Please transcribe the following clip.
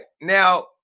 now